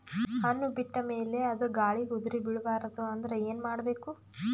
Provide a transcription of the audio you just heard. ಹಣ್ಣು ಬಿಟ್ಟ ಮೇಲೆ ಅದ ಗಾಳಿಗ ಉದರಿಬೀಳಬಾರದು ಅಂದ್ರ ಏನ ಮಾಡಬೇಕು?